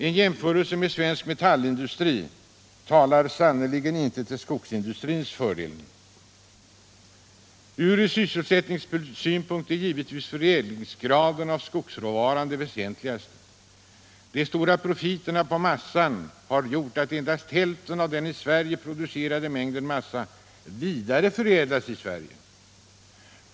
En jämförelse med svensk metallindustri talar sannerligen inte till skogsindustrins fördel. Från sysselsättningssynpunkt är givetvis skogsråvarans förädlingsgrad det väsentligaste. De stora profiterna på massa har gjort att endast hälften av den i Sverige producerade mängden massa vidareförädlas i Sverige.